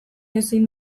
ezin